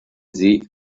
sie